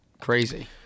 crazy